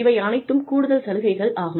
இவை அனைத்தும் கூடுதல் சலுகைகள் ஆகும்